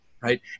right